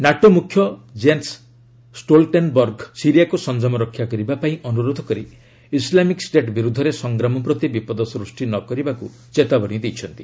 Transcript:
NATO ମୁଖ୍ୟ Jens Stoltenberg ସିରିଆକୁ ସଂଯମ ରକ୍ଷା କରିବାପାଇଁ ଅନୁରୋଧ କରି ଇସ୍ଲାମିକ୍ ଷ୍ଟେଟ୍ ବିରୁଦ୍ଧରେ ସଂଗ୍ରାମ ପ୍ରତି ବିପଦ ସୂଷ୍ଟି ନ କରିବାକୁ ଚେତାବନୀ ଦେଇଛନ୍ତି